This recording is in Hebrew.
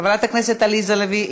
חברת הכנסת עליזה לביא,